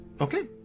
Okay